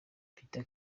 petr